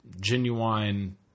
genuine